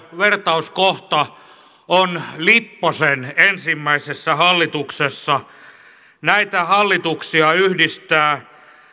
vertauskohta on lipposen ensimmäisessä hallituksessa näitä hallituksia yhdistää